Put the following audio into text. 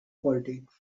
politics